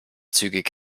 zügig